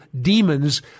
demons